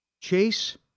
Chase